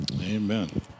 Amen